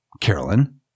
Carolyn